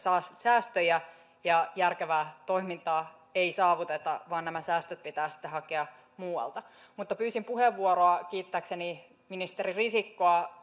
säästöjä ja järkevää toimintaa ei saavuteta vaan nämä säästöt pitää sitten hakea muualta mutta pyysin puheenvuoroa kiittääkseni ministeri risikkoa